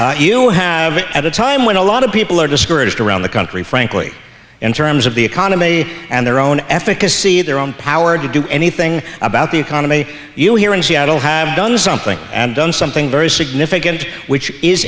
accomplished you have at a time when a lot of people are discouraged around the country frankly in terms of the economy and their own efficacy their own power to do anything about the economy you here in seattle have done something and done something very significant which is